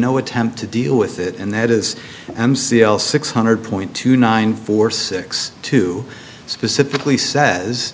no attempt to deal with it and that is m c l six hundred point two nine four six two specifically says